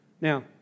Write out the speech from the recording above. Now